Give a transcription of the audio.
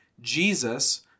Jesus